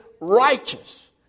righteous